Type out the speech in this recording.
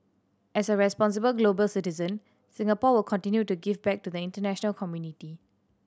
as a responsible global citizen Singapore will continue to give back to the international community